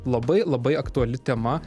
labai labai aktuali tema